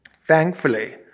Thankfully